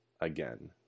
again